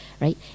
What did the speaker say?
right